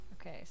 Okay